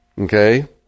Okay